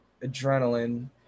adrenaline